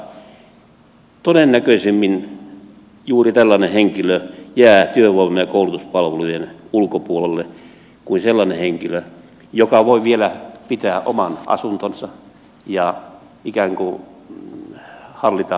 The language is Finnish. todennäköisemmin juuri tällainen henkilö jää työvoima ja koulutuspalvelujen ulkopuolelle kuin sellainen henkilö joka voi vielä pitää oman asuntonsa ja ikään kuin hallita omaa elämäänsä